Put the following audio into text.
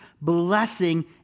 blessing